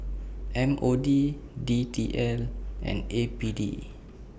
M O D D T L and A P D